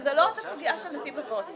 וזה לא רק בסוגיה של נתיב האבות,